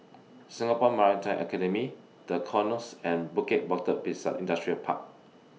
Singapore Maritime Academy The Knolls and Bukit Batok Industrial Park